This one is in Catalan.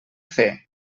fer